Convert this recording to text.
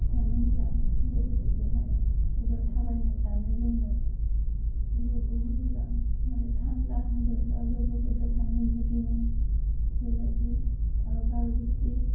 थांनो मोजां लोगोफोरजोंहाय बेफोर थाबायनो जानो लोंनो लोगो बहुत मोजां मानि थान्दा बोथोरा लोगोफोरदों थाङो गिदोङो बेबायदि ओह गार' बस्टि